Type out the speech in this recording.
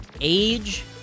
age